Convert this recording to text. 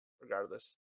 Regardless